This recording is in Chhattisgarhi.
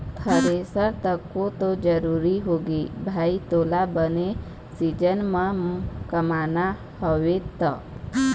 थेरेसर तको तो जरुरी होगे भाई तोला बने सीजन म कमाना हवय त